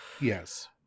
Yes